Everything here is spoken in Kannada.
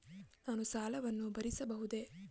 ನಾನು ಸಾಲವನ್ನು ಭರಿಸಬಹುದೇ?